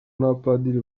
n’abapadiri